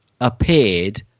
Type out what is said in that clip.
appeared